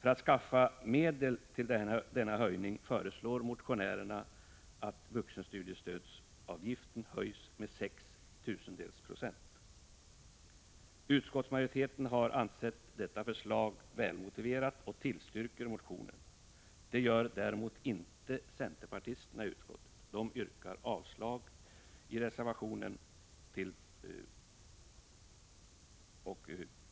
För att skaffa medel till denna höjning föreslår motionärerna att vuxenstudiestödsavgiften höjs med 0,006 96. 35 Utskottsmajoriteten har ansett detta förslag välmotiverat och tillstyrker motionen. Det gör däremot inte centerpartisterna i utskottet. De yrkar avslag